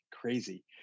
crazy